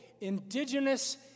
indigenous